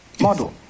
model